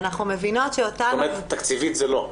אנחנו מבינות --- זאת אומרת, תקציבית זה לא.